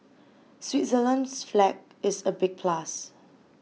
Switzerland's flag is a big plus